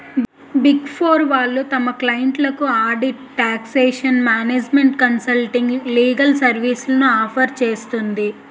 big four వాళ్ళు తమ క్లయింట్లకు audit, taxation, management consulting, legal సర్వీస్లను ఆఫర్ చేస్తుంది